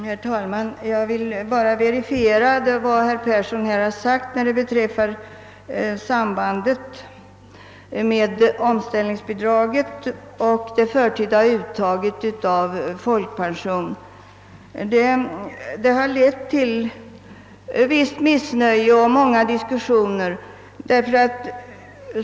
Herr talman! Jag vill bara verifiera vad herr Persson i Skänninge sagt om sambandet mellan omställningsbidraget och det förtida uttaget av folkpension. Visst missnöje har uppstått och många diskussioner har förts.